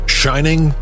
shining